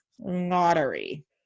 lottery